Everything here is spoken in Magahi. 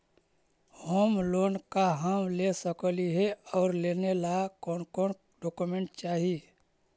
होम लोन का हम ले सकली हे, और लेने ला कोन कोन डोकोमेंट चाही?